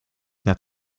nad